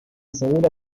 segura